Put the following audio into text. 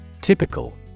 Typical